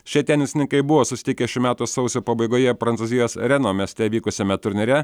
šie tenisininkai buvo susitikę šių metų sausio pabaigoje prancūzijos reno mieste vykusiame turnyre